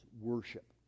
worship